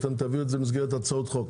אתם תביאו אותן במסגרת הצעות חוק,